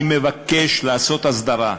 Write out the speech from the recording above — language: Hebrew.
אני מבקש לעשות הסדרה,